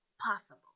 possible